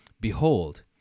Behold